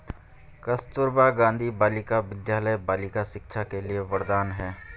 कस्तूरबा गांधी बालिका विद्यालय बालिका शिक्षा के लिए वरदान है